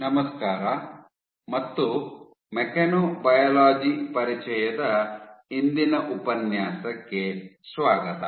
ನಮಸ್ಕಾರ ಮತ್ತು ಮೆಕ್ಯಾನೊಬಯಾಲಜಿ ಪರಿಚಯದ ಇಂದಿನ ಉಪನ್ಯಾಸಕ್ಕೆ ಸ್ವಾಗತ